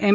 M